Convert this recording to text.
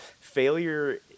failure